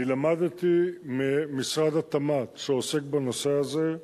אני למדתי ממשרד התמ"ת, שעוסק בנושא הזה,